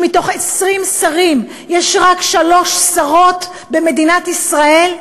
שמתוך 20 שרים יש רק שלוש שרות במדינת ישראל,